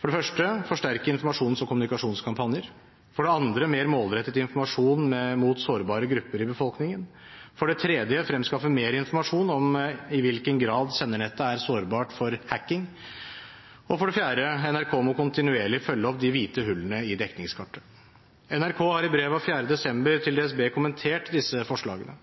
for det første å forsterke informasjons- og kommunikasjonskampanje for det andre mer målrettet informasjon mot sårbare grupper i befolkningen for det tredje å fremskaffe mer informasjon om i hvilken grad sendernettet er sårbart for hacking for det fjerde at NRK må kontinuerlig følge opp de hvite hullene i dekningskartet NRK har i brev av 4. desember til DSB kommentert disse forslagene.